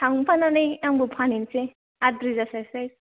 थांफानानै आंबो फानहैनोसै आद्रि जास्लाय स्लाय